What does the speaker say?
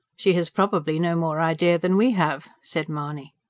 she has probably no more idea than we have, said mahony.